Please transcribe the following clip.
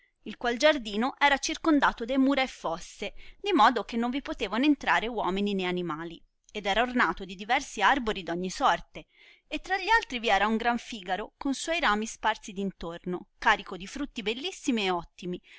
il qual giardino era circondato de mura e fosse di modo che non vi potevano entrare uomini né animali ed era ornato di diversi arbori d'ogni sorte e tra gli altri vi era un gran figaro con suoi rami sparsi d intorno carico di frutti bellissimi e ottimi